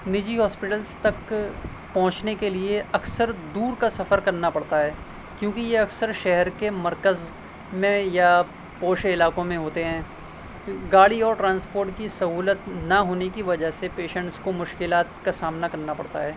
نجی ہاسپیٹل تک پہنچنے کے لیے اکثر دور کا سفر کرنا پڑتا ہے کیونکہ یہ اکثر شہر کے مرکز میں یا پوش علاقوں میں ہوتے ہیں گاڑی اور ٹرانسپورٹ کی سہولت نہ ہونے کی وجہ سے پیشنٹ کو مشکلات کا سامنا کرنا پڑتا ہے